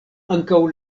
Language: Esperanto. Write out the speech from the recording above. ankaŭ